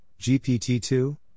GPT-2